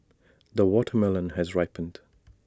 the watermelon has ripened